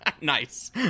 Nice